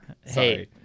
Hey